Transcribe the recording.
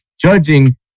judging